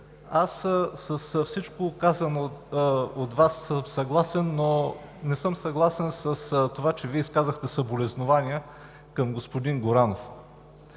съм с всичко казано от Вас, но не съм съгласен с това, че изказахте съболезнования към господин Горанов.